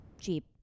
cheap